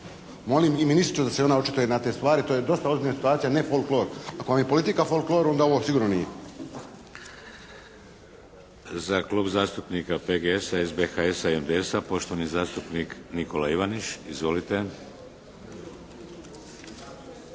Molim i ministricu da se ona očituje na te stvari. To je dosta ozbiljna situacija, ne folklor. Ako vam je politika folklor onda ovo sigurno nije. **Šeks, Vladimir (HDZ)** Za klub zastupnika PGS-a, SBHS-a, MDS-a, poštovani zastupnik Nikola Ivaniš. Izvolite.